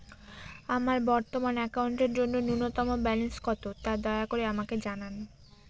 আমার বর্তমান অ্যাকাউন্টের জন্য ন্যূনতম ব্যালেন্স কত, তা দয়া করে আমাকে জানান